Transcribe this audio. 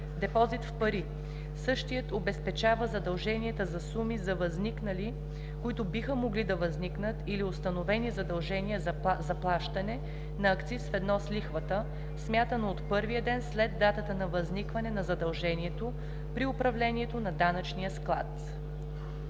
депозит в пари, същият обезпечава задълженията за суми за възникнали, които биха могли да възникнат или установени задължения за заплащане на акциз ведно с лихвата, смятано от първия ден след датата на възникване на задължението при управлението на данъчния склад.